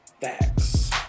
facts